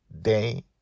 Day